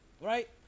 Right